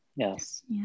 Yes